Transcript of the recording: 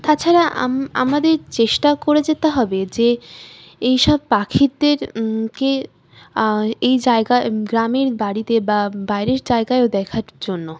তাছাড়া আমাদের চেষ্টা করে যেতে হবে যে এইসব পাখিরদেরকে এই জায়গা গ্রামের বাড়িতে বা বাইরের জায়গায়ও দেখার জন্য